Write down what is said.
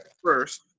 first